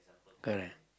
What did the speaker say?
correct